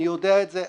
אני יודע את זה,